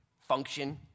function